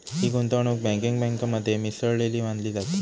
ही गुंतवणूक बँकिंग बँकेमध्ये मिसळलेली मानली जाते